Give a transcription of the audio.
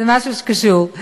זה משהו שקשור.